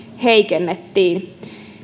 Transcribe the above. heikennettiin